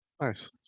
nice